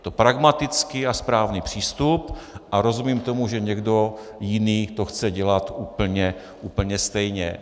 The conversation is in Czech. Je to pragmatický a správný přístup a rozumím tomu, že někdo jiný to chce dělat úplně stejně.